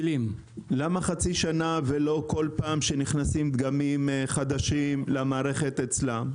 למה חצי שנה ולא בכל פעם שנכנסים למערכת אצלם דגמים חדשים?